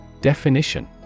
Definition